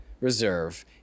Reserve